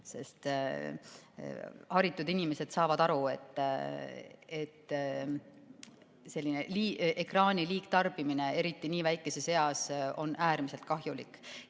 sest haritud inimesed saavad aru, et selline ekraani liigtarbimine, eriti nii noores eas, on äärmiselt kahjulik.